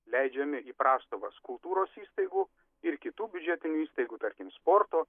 leidžiami į prastovas kultūros įstaigų ir kitų biudžetinių įstaigų tarkim sporto